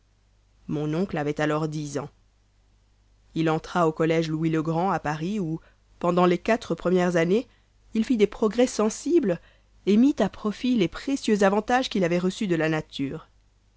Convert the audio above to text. mon oncle avait alors ans il entra au collége louis-le-grand à paris où pendant les quatre premières années il fit des progrès sensibles et mit à profit les précieux avantages qu'il avait reçus de la nature